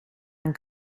mijn